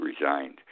resigned